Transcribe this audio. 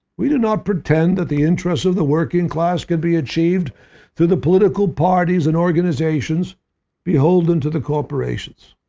we do not pretend that the interests of the working class can be achieved through the political parties and organizations beholden to the corporations.